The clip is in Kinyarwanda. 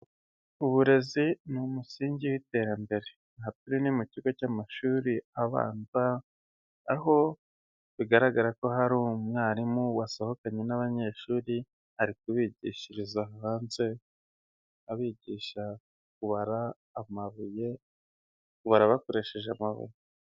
Uburezi ni umusingi w'iterambere. Aha turi ni mu kigo cy'amashuri abanza, aho bigaragara ko hari umwarimu wasohokanye n'abanyeshuri, ari kubigishiriza hanze, abigisha kubara amabuye, kubara bakoresheje amabuye.